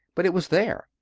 but it was there.